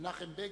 מנחם בגין,